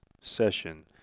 session